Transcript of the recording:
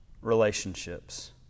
relationships